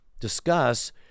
discuss